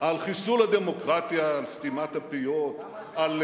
על חיסול הדמוקרטיה, על סתימת הפיות, על,